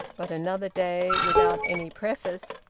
but another day, without any preface,